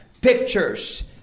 pictures